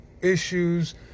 issues